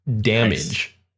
damage